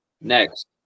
next